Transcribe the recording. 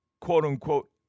quote-unquote